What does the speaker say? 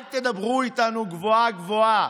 אל תדברו איתנו גבוהה-גבוהה.